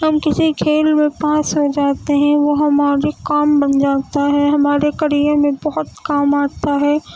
ہم کسی کھیل میں پاس ہو جاتے ہیں وہ ہمارے کام بن جاتا ہے ہمارے کریر میں بہت کام آتا ہے